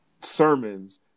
sermons